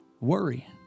worry